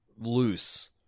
loose